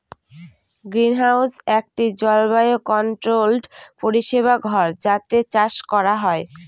greenhouse একটি জলবায়ু controlled পরিবেশ ঘর যাতে চাষ করা হয়